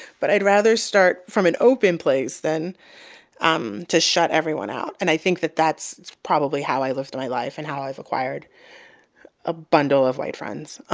but i'd rather start from an open place than um to shut everyone out. and i think that that's probably how i've lived my life and how i've acquired a bundle of white friends,